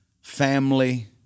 family